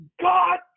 God